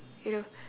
you know